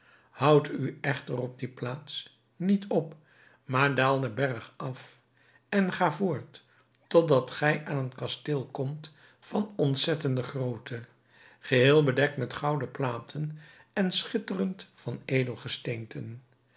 houd u echter op die plaats niet op maar daal den berg af en ga voort tot dat gij aan een kasteel komt van ontzettende grootte geheel bedekt met gouden platen en schitterend van edelgesteenten